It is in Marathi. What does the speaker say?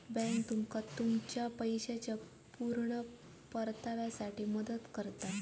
बॅन्क तुमका तुमच्या पैशाच्या पुर्ण परताव्यासाठी मदत करता